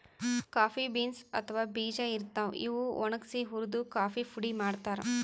coffee beans ಅಥವಾ ಬೀಜಾ ಇರ್ತಾವ್, ಇವ್ ಒಣಗ್ಸಿ ಹುರ್ದು ಕಾಫಿ ಪುಡಿ ಮಾಡ್ತಾರ್